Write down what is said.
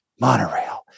monorail